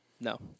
No